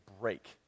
break